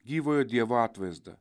gyvojo dievo atvaizdą